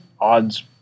odds